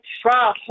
try